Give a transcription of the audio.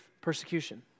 persecution